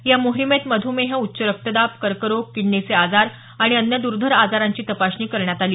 या मोहिमेत मधुमेह उच्च रक्तदाब कर्करोग किडनीचे आजार आणि अन्य दुर्धंर आजारांची तपासणी करण्यात आली